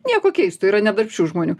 nieko keisto yra ne darbščių žmonių